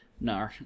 No